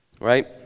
right